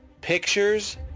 Pictures